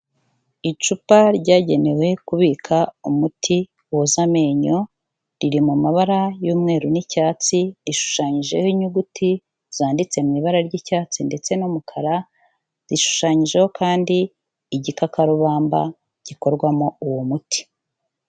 Icupa ryagenewe kubika umuti woza amenyo, riri mu mabara y'umweru n'icyatsi, ishushanyijeho inyuguti zanditse mu ibara ry'icyatsi ndetse n'umukara, rishushanyijeho kandi igikakarubamba gikorwamo uwo muti.